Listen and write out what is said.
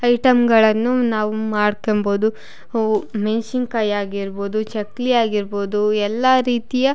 ಐಟಮ್ಗಳನ್ನು ನಾವು ಮಾಡ್ಕೊಂಬೋದು ಮೆಣಸಿನ್ಕಾಯಿ ಆಗಿರ್ಬೋದು ಚಕ್ಕುಲಿ ಆಗಿರ್ಬೋದು ಎಲ್ಲ ರೀತಿಯ